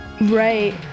Right